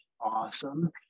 awesome